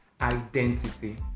Identity